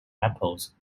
apples